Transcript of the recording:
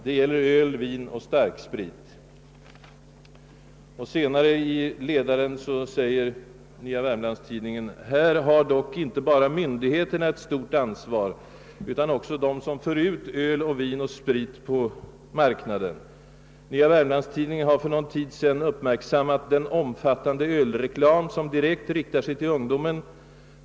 Det gäller öl, vin och starksprit.» :idningen: »Här har dock inte bara myndigheterna ett stort ansvar utan också de som för ut öl, vin och sprit på marknaden. NWT har för någon tid sedan uppmärksammat den omfattande ölreklam som direkt riktar sig till ungdomen.